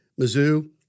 Mizzou